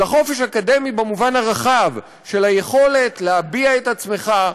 אלא חופש אקדמי במובן הרחב: של היכולת להביע את עצמך,